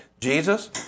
Jesus